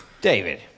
David